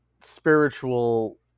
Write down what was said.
spiritual